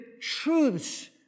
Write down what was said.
truths